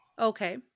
okay